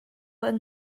yng